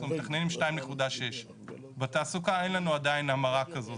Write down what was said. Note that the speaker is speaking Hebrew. אנחנו מתכננים 2.6. בתעסוקה אין לנו עדיין המרה כזו,